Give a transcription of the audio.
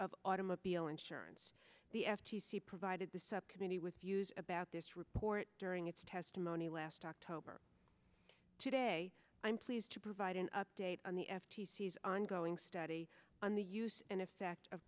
of automobile insurance the f t c provided the subcommittee with use about this report during its testimony last october today i'm pleased to provide an update on the f t c is ongoing study on the use and effect of